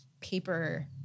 paper